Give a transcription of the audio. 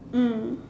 mm